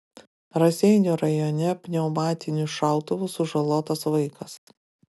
raseinių rajone pneumatiniu šautuvu sužalotas vaikas